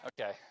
Okay